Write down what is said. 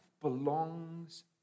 belongs